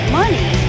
money